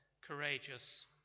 Courageous